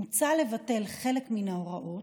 מוצע לבטל חלק מן ההוראות,